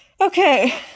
Okay